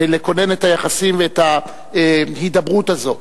לכונן את היחסים ואת ההידברות הזו.